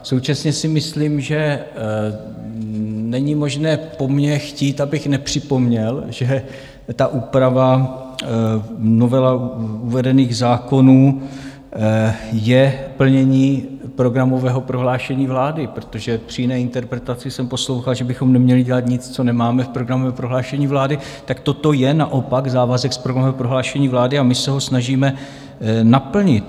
Současně si myslím, že není možné po mně chtít, abych nepřipomněl, že ta úprava, novela uvedených zákonů, je plnění programového prohlášení vlády, protože při jiné interpretaci jsem poslouchal, že bychom neměli dělat nic, co nemáme v programovém prohlášení vlády, tak toto je naopak závazek z programového prohlášení vlády a my se ho snažíme naplnit.